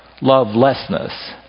lovelessness